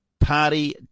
Party